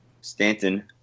Stanton